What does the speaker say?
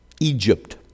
Egypt